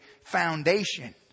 foundation